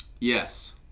Yes